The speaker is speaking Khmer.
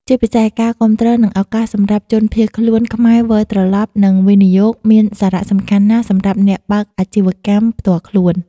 ជាពិសេសការគាំទ្រ និងឱកាសសម្រាប់ជនភៀសខ្លួនខ្មែរវិលត្រឡប់ និងវិនិយោគមានសារះសំខាន់ណាស់សម្រាប់អ្នកបើកអាជិវកម្មផ្ទាល់ខ្លួន។